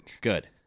Good